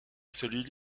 seule